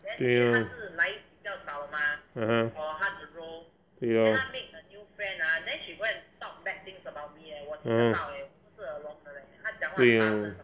对 lah (uh huh) 对 loh uh 对 loh